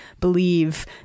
believe